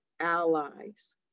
allies